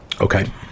Okay